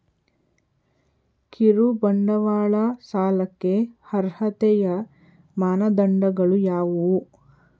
ಕಿರುಬಂಡವಾಳ ಸಾಲಕ್ಕೆ ಅರ್ಹತೆಯ ಮಾನದಂಡಗಳು ಯಾವುವು?